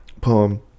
poem